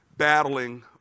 battling